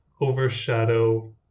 overshadow